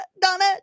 Donna